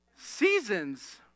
seasons